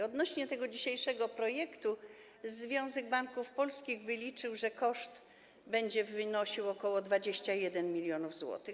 Odnośnie do tego dzisiejszego projektu Związek Banków Polskich wyliczył, że koszt będzie tu wynosił ok. 21 mln zł.